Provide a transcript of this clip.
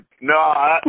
No